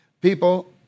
People